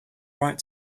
right